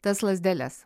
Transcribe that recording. tas lazdeles